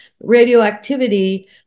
radioactivity